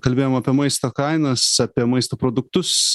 kalbėjom apie maisto kainas apie maisto produktus